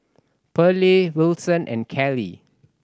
Perley Wilson and Kelley